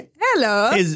Hello